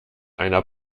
einer